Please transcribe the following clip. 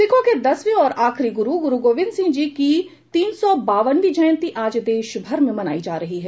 सिखों के दसवें और आखिरी गुरु गुरू गोबिंद सिंह जी की तीन सौ बावनवीं जयंती आज देशभर में मनाई जा रही हैं